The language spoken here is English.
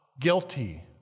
guilty